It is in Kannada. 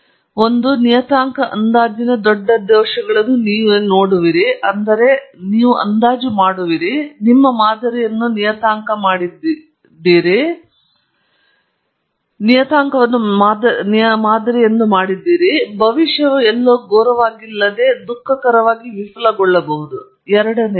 ಒಂದು ನಿಯತಾಂಕ ಅಂದಾಜಿನ ದೊಡ್ಡ ದೋಷಗಳನ್ನು ನೀವು ನೋಡುವಿರಿ ಅಂದರೆ ನೀವು ಅಂದಾಜು ಮಾಡಿರುವಿರಿ ನಿಮ್ಮ ಮಾದರಿಯನ್ನು ನಿಯತಾಂಕ ಮಾಡಿದ್ದೀರಿ ಮತ್ತು ಭವಿಷ್ಯವು ಎಲ್ಲೋ ಘೋರವಾಗಿಲ್ಲದೆ ದುಃಖಕರವಾಗಿ ವಿಫಲಗೊಳ್ಳುತ್ತದೆ ಆದರೆ ಅವರು ತಾಜಾ ಡೇಟಾ ಸೆಟ್ನಲ್ಲಿ ಕಳಪೆಯಾಗುತ್ತಾರೆ ಎಂದು ಎರಡು